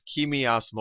chemiosmosis